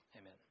Amen